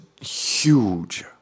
huge